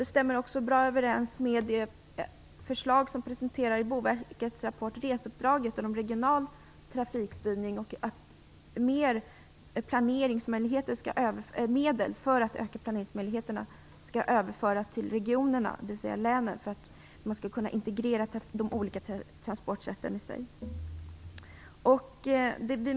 Det stämmer även bra överens med det förslag som presenterades i Boverkets rapport Reseuppdraget - om regional trafikstyrning. Ytterligare medel för att öka planeringsmöjligheterna skall överföras till regionerna, dvs. länen, för att man skall kunna integrera de olika transportsätten.